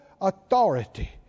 authority